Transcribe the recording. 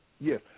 Yes